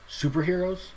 superheroes